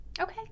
Okay